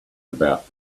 about